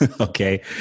okay